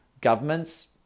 governments